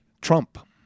Trump